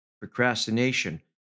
procrastination